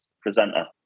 presenter